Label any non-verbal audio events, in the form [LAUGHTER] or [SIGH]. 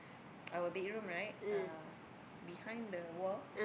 [NOISE] our bedroom right behind the wall